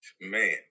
Man